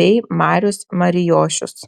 bei marius marijošius